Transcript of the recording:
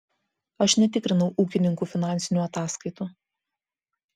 aš netikrinau ūkininkų finansinių ataskaitų